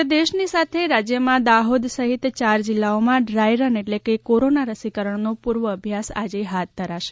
સમગ્ર દેશની સાથે રાજ્યમાં દાહોદ સહિત યાર જિલ્લાઓમાં ડ્રાયરન એટલે કે કોરોના રસીકરણનો પૂર્વઅભ્યાસ આજે હાથ ધરાશે